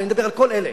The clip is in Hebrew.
ואני מדבר על כל אלה,